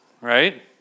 right